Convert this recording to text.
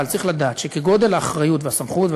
אבל צריך לדעת שכגודל האחריות והסמכות,